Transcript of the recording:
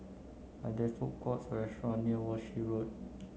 are there food courts or restaurant near Walshe Road